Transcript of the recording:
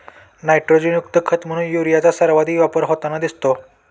नायट्रोजनयुक्त खत म्हणून युरियाचा सर्वाधिक वापर होताना दिसतो